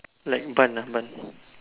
like bun ah bun